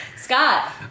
Scott